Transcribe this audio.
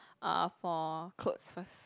uh for clothes first